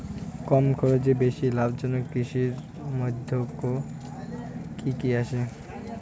কম খরচে বেশি লাভজনক কৃষির মইধ্যে কি কি আসে?